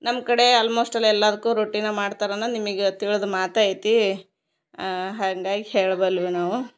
ನಮ್ಕಡೆ almost all ಎಲ್ಲಾದಕ್ಕು ರೊಟ್ಟಿನ ಮಾಡ್ತರನ ಅನ್ ನಿಮಗ ತಿಳದ ಮಾತ ಐತೀ ಹಂಗಾಗಿ ಹೇಳ್ಬಲ್ಲಿವ ನಾವು